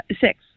six